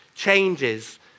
changes